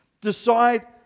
Decide